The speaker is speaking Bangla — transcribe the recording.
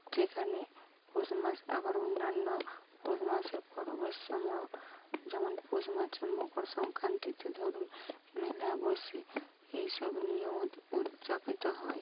সেখানে পৌষ মাস আবার অন্যান্য পৌষ মাসের পরবের সময়েও যেমন পৌষ মাছের মকর সংক্রান্তিতে ধরুন মেলা বসে এই সব নিয়েও উজ্জাপিত হয়